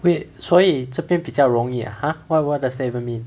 wait 所以这边比较容易 ah !huh! what does that even mean